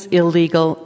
illegal